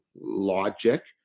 logic